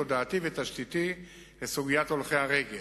תודעתי ותשתיתי בסוגיית הולכי הרגל.